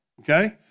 okay